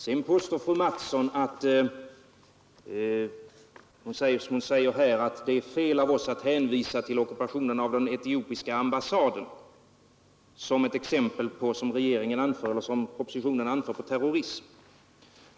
Vidare säger fröken Mattson att det är fel av oss att hänvisa till ockupationen av den etiopiska ambassaden som ett exempel på vad regeringen anför som terrorism.